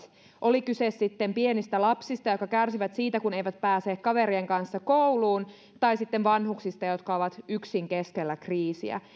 oli kyse sitten pienistä lapsista jotka kärsivät siitä kun eivät pääse kaverien kanssa kouluun tai sitten vanhuksista jotka ovat yksin keskellä kriisiä